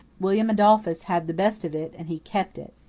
william adolphus had the best of it and he kept it.